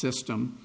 system